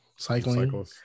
Cycling